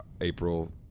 April